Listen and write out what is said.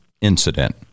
incident